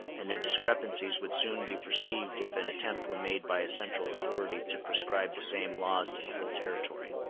and their discrepancies would soon be perceived if an attempt were made by a central authority to prescribe the same laws to the whole territory.